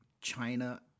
China